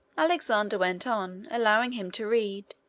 alexander went on, allowing him to read,